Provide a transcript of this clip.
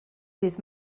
dydd